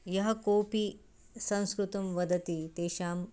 यः कोपि संस्कृतं वदति तेषां